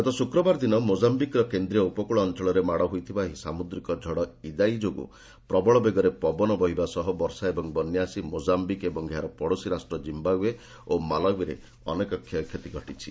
ଗତ ଶୁକ୍ରବାର ଦିନ ମୋଟ୍ଟାମ୍ପିକ୍ର କେନ୍ଦ୍ରୀୟ ଉପକୂଳ ଅଞ୍ଚଳରେ ମାଡ଼ ହୋଇଥିବା ଏହି ସାମୁଦ୍ରିକ ଝଡ଼ 'ଇଦାୟୀ' ଯୋଗୁଁ ପ୍ରବଳ ବେଗରେ ପବନ ବହିବା ସହ ବର୍ଷା ଏବଂ ବନ୍ୟା ଆସି ମୋକାମ୍ବିକ୍ ଏବଂ ଏହାର ପଡ଼ୋଶୀ ରାଷ୍ଟ୍ର ଜିମ୍ଘାଓ୍ସେ ଓ ମାଲାଓ୍ୱିରେ ଅନେକ କ୍ଷୟକ୍ଷତି ଘଟିଛି